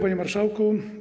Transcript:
Panie Marszałku!